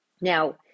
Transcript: Now